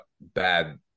bad